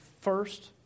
first